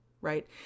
Right